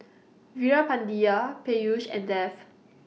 Veerapandiya Peyush and Dev